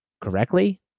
correctly